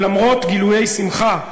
למרות גילויי שמחה,